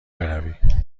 بروی